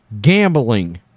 gambling